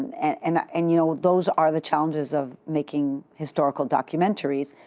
and and and you know those are the challenges of making historical documentaries,